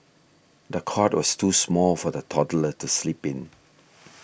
the cot was too small for the toddler to sleep in